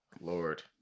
Lord